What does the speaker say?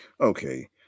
okay